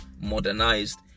modernized